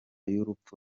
y’urupfu